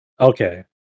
Okay